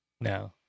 No